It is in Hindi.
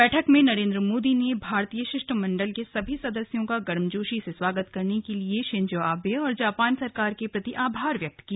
बैठक में नरेन्द्र मोदी ने भारतीय शिष्टमंडल के सभी सदस्यों का गर्मजोशी से स्वागत करने के लिए शिंजो आबे और जापान सरकार के प्रति आभार व्यक्त किया